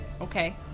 Okay